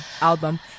album